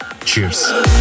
Cheers